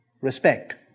Respect